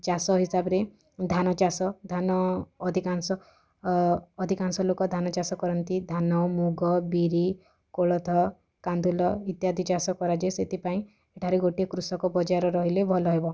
ଚାଷ ହିସାବରେ ଧାନ ଚାଷ ଧାନ ଅଧିକାଂଶ ଅଧିକାଂଶ ଲୋକ ଧାନ ଚାଷ କରନ୍ତି ଧାନ ମୁଗ ବିରି କୋଳଥ କାନ୍ଦୁଲ ଇତ୍ୟାଦି ଚାଷ କରାଯାଏ ସେଥିପାଇଁ ଏଠାରେ ଗୋଟିଏ କୃଷକ ବଜାର୍ ରହିଲେ ଭଲ ହେବ